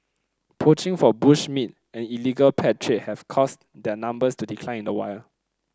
poaching for bush meat and illegal pet trade have caused their numbers to decline in the wild